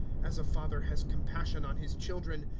as a father has compassion on his children,